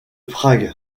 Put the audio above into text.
prague